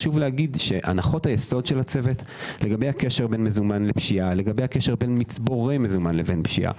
חשוב לומר שהנחות היסוד של הצוות לגבי הקשר בין מזומן לפשיעה,